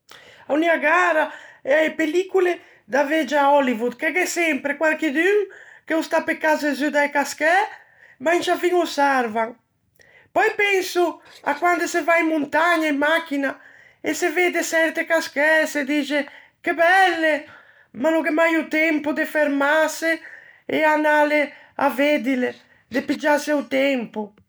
A-o Niagara, e a-e pellicole da vegia Hollywood, che gh'é sempre quarchidun che o stà pe cazze zu da-e cascæ, ma in sciâ fin ô sarvan. Pöi penso à quande se va in montagna, in machina, e se vedde çerte cascæ, e se dixe "che belle", ma no gh'é mai o tempo de fermâse e anâle à veddile. De piggiâse o tempo.